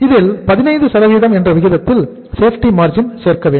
இதில் 15 என்ற விகிதத்தில் சேஃப்டி மார்ஜின் சேர்க்க வேண்டும்